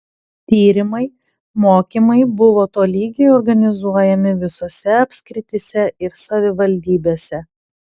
tyrimai mokymai buvo tolygiai organizuojami visose apskrityse ir savivaldybėse